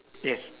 yes